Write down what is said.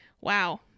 Wow